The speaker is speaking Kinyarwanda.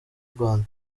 rwanda